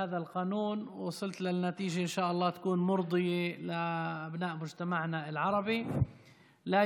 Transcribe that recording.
והשגת תוצאה שבעזרת השם תרצה את בני החברה הערבית שלנו.